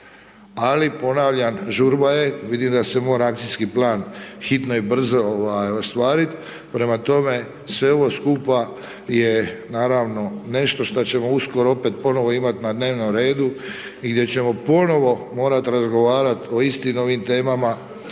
Ali ponavljam žurba je, vidim da se mora akcijski plan, hitno i brzo ostvariti. Prema tome, sve ovo skupa je naravno nešto šta ćemo uskoro opet ponovno imati na dnevnom redu i gdje ćemo ponovno morati razgovarati o istim novim temama